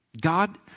God